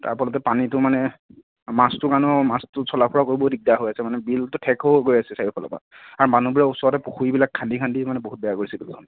তাৰপৰা গোটেই পানীটো মানে মাছটোৰ কাৰণেও মাছটো চলা ফুৰা কৰিবও দিগদাৰ হৈছে মানে বিলটো ঠেক হৈ গৈ আছে চাৰিওফালৰ পৰা আৰু মানুহবিলাকে ওচৰতে পুখুৰীবিলাক খান্দি খান্দি মানে বহুত বেয়া কৰিছে বিলখন